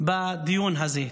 בדיון הזה.